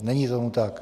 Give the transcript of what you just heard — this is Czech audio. Není tomu tak.